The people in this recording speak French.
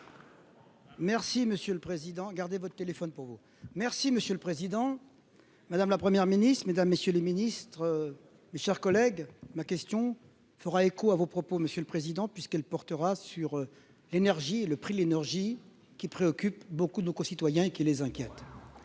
Merci monsieur le Président, gardez votre téléphone pour vous, merci monsieur le Président Madame la première ministre, Mesdames, messieurs les ministres, mes chers collègues, ma question fera écho à vos propos, monsieur le Président, puisqu'elle portera sur l'énergie et le prix de l'énergie qui préoccupe beaucoup nos concitoyens qui les inquiète,